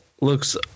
looks